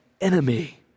enemy